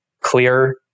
clear